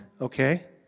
okay